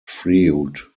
freud